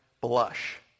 blush